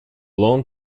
long